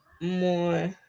more